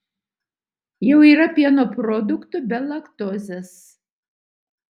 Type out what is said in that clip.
jau yra pieno produktų be laktozes